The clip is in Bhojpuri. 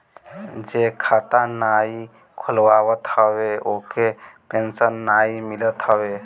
जे खाता नाइ खोलवावत हवे ओके पेंशन नाइ मिलत हवे